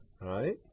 right